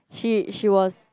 she she was